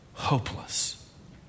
hopeless